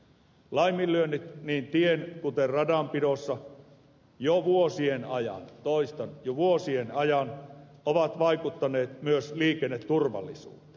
laiminlyönnit niin tien kuin radanpidossa jo vuosien ajan toistan jo vuosien ajan ovat vaikuttaneet myös liikenneturvallisuuteen